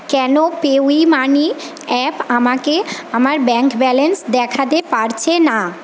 কেন PayU Money app আমাকে আমার ব্যাঙ্ক ব্যালেন্স দেখাতে পারছে না